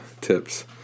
tips